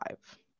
five